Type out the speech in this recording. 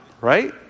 right